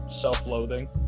Self-loathing